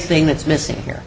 thing that's missing here